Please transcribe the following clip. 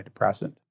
antidepressant